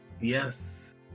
Yes